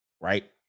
right